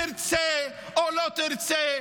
תרצה או לא תרצה,